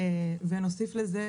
ונוסיף לזה,